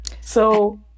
So-